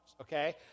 Okay